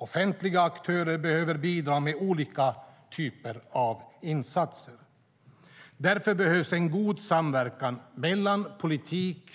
Offentliga aktörer behöver bidra med olika typer av insatser. Därför behövs en god samverkan mellan politik,